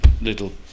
little